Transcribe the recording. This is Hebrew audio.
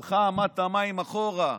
הלכה אמת המים אחורה.